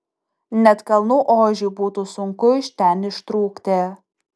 net kalnų ožiui būtų sunku iš ten ištrūkti